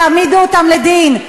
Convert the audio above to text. תעמידו אותם לדין.